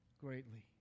greatly